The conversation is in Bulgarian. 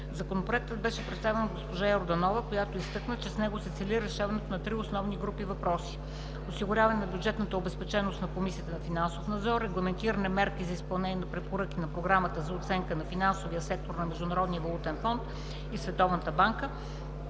Законопроектът беше представен от госпожа Йорданова, която изтъкна, че с него се цели решаването на три основни групи въпроси: осигуряване на бюджетна обезпеченост на Комисията за финансов надзор; регламентиране на мерки за изпълнение на препоръки на Програмата за оценка на финансовия сектор на Международния валутен фонд и Световната банка,